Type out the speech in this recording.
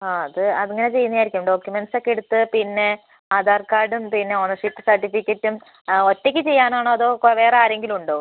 ആ അത് അതങ്ങനെ ചെയ്യുന്നതായിരിക്കും ഡോക്യൂമെന്റസൊക്കെ എടുത്ത് പിന്നെ ആധാർ കാർഡും പിന്നെ ഓണർഷിപ്പ് സർട്ടിഫിക്കറ്റും ഒറ്റയ്ക്ക് ചെയ്യാനാണോ അതോ വേറെ ആരെങ്കിലുമുണ്ടോ